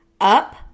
up